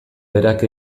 berak